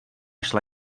šla